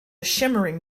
shimmering